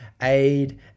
aid